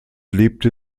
lebte